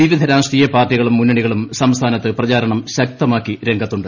വിവിധ രാഷ്ട്രീയ പാർട്ടികളും മുന്നണികളും സംസ്ഥാനത്ത് പ്രചാരണം ശക്തമാക്കി രംഗത്തുണ്ട്